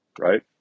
Right